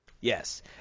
Yes